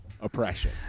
oppression